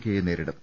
കെയെ നേരിടും